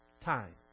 Time